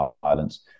violence